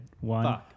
one